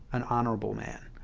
an honorable man.